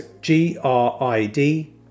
G-R-I-D